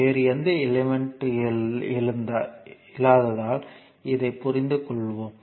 வேறு எந்த எலிமெண்ட் இல்லாததால் இதைப் புரிந்து கொள்ளுவோம்